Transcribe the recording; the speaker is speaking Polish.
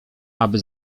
aby